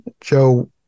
Joe